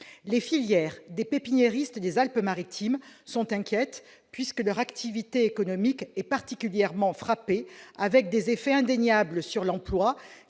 contaminés. Les pépiniéristes des Alpes-Maritimes sont inquiets. En effet, leur activité économique est particulièrement frappée, avec des effets indéniables sur l'emploi.